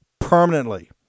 permanently